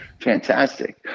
Fantastic